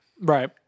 Right